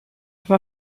war